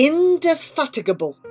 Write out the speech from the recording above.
Indefatigable